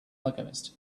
alchemist